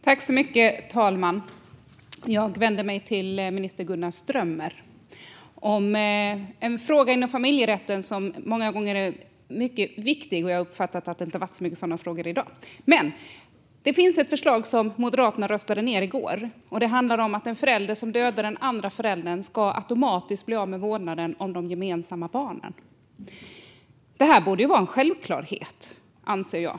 Herr talman! Jag vänder mig till minister Gunnar Strömmer om en fråga inom familjerätten som är mycket viktig, och jag uppfattar att sådana frågor debatteras mycket i dag. Det finns ett förslag som Moderaterna röstade ned i går, och det handlar om att en förälder som dödar den andra föräldern automatiskt ska bli av med vårdnaden om de gemensamma barnen. Det borde vara en självklarhet, anser jag.